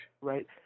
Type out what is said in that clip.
Right